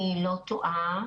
מי יעסיק אותם,